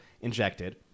injected